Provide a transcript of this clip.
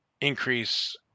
increase